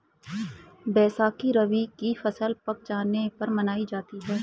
बैसाखी रबी की फ़सल पक जाने पर मनायी जाती है